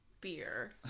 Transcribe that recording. beer